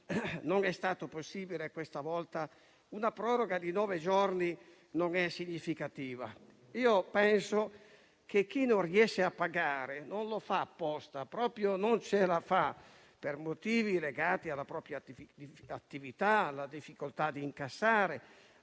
non è stato possibile questa volta, perché una proroga di nove giorni non è significativa. Penso che chi non riesce a pagare non lo fa apposta, ma proprio non ce la fa, per motivi legati alla propria attività, alla difficoltà di incassare,